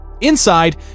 Inside